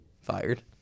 fired